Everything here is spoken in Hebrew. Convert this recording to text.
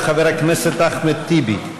של חבר הכנסת אחמד טיבי.